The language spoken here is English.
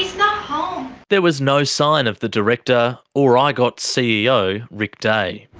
he's not home. there was no sign of the director or igot's ceo rick day.